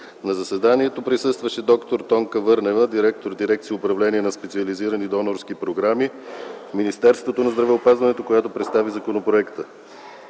На заседанието присъстваше д-р Тонка Върлева, директор на дирекция „Управление на специализирани донорски програми” в Министерството на здравеопазването, която представи законопроекта.